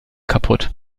kapput